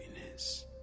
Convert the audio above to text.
happiness